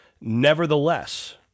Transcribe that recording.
Nevertheless